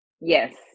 Yes